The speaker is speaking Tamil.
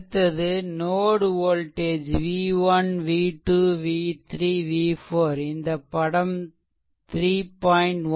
அடுத்தது note voltage v1 v2 v3 v4 இந்த படம் 3